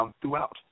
Throughout